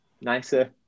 nicer